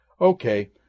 Okay